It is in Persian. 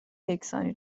یکسانی